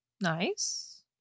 Nice